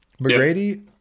McGrady